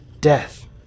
death